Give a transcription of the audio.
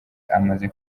amaze